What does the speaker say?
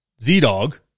Z-Dog